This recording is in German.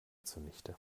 zunichte